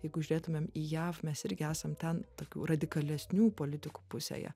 jeigu žiūrėtumėm į jav mes irgi esam ten tokių radikalesnių politikų pusėje